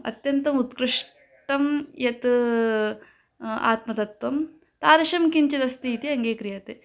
अत्यन्तम् उत्कृष्टं यत् आत्मतत्त्वं तादृशं किञ्चिदस्ति इति अङ्गीक्रियते